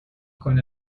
con